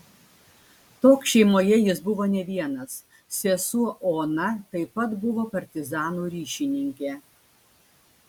toks šeimoje jis buvo ne vienas sesuo ona taip pat buvo partizanų ryšininkė